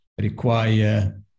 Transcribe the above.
require